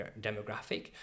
demographic